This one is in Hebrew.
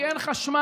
כי אין חשמל,